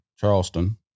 Charleston